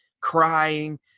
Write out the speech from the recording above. crying